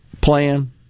plan